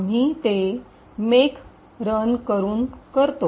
आम्ही ते make make करून रन करतो